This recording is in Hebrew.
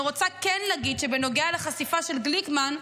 אני רוצה כן להגיד שבנוגע לחשיפה של גליקמן,